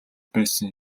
байсан